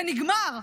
זה נגמר.